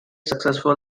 successful